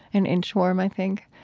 an inchworm, i think,